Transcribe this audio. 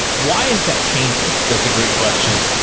why is that changing? that's a great question.